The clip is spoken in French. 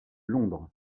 londres